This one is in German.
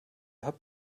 habt